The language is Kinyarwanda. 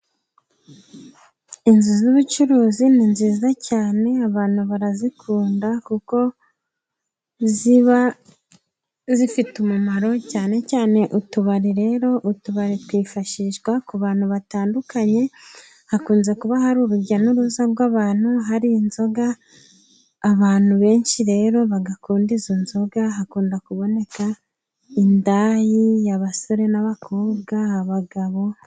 Inzu z'ubucuruzi ni nziza cyane abantu barazikunda kuko ziba zifite umumaro cyane cyane utubari rero utubari twifashishwa ku bantu batandukanye. Hakunze kuba hari urujya n'uruza rw'abantu, hari inzoga. Abantu benshi rero badakunda izo nzoga hakunda kuboneka indaya, abasore n'abakobwa, abagabo.